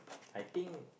think